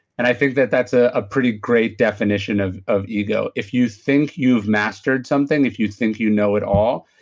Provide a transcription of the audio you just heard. and i think that that's ah a pretty great definition of of ego. if you think you've mastered something, if you think you know it all,